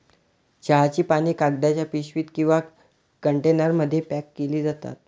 चहाची पाने कागदाच्या पिशवीत किंवा कंटेनरमध्ये पॅक केली जातात